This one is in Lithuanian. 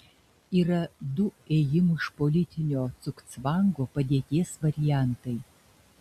yra du ėjimų iš politinio cugcvango padėties variantai